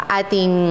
ating